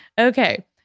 Okay